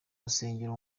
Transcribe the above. rusengero